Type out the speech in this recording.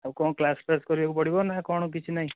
ଆଉ କ'ଣ କ୍ଲାସ୍ ଫ୍ଲାସ୍ କରିବାକୁ ପଡ଼ିବ ନା କ'ଣ କିଛି ନାହିଁ